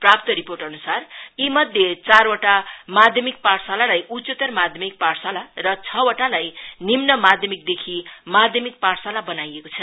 प्राप्त रिपोर्ट अनुसार यीमध्ये चारवटा माध्यमिक पाठशालालाई उच्चतर माध्यमिक पाठशाला र छवटालाई निम्न माध्यमिकदेखि माध्यमक पाठशाला बनाइएको छ